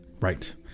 Right